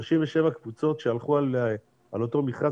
37 קבוצות שהלכו על אותו מכרז,